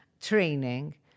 training